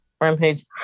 Rampage